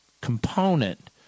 component